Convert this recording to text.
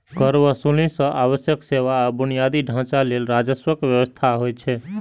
कर वसूली सं आवश्यक सेवा आ बुनियादी ढांचा लेल राजस्वक व्यवस्था होइ छै